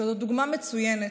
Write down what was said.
שזאת דוגמה מצוינת,